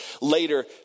later